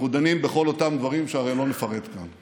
אנחנו דנים בכל אותם דברים שהרי לא נפרט כאן,